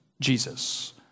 Jesus